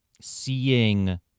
seeing